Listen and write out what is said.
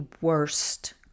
worst